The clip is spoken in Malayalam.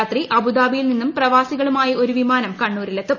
രാത്രി അബുദാബിയിൽ നിന്നും പ്രവാസികളുമായി ഒരു വിമാനം വിമാനങ്ങൾ കണ്ണൂരിലെത്തും